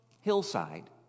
hillside